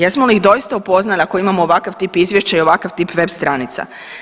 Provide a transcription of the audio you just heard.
Jesmo li ih doista upoznali ako imamo ovakav tip izvješće i ovakav tip web stranica?